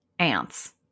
Ants